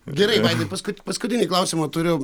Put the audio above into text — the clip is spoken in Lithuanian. gerai vaidai pasku paskutinį klausimą turiu